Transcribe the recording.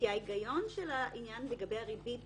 כי ההיגיון של העניין לגבי הריבית